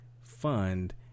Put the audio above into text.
fund